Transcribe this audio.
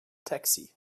taxi